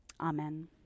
Amen